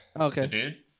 Okay